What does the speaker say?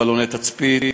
בלוני תצפית,